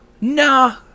Nah